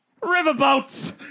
Riverboats